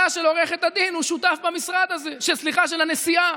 הוא שותף במשרד הזה, סליחה, של הנשיאה.